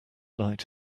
night